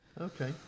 Okay